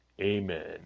Amen